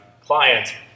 client